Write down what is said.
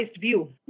view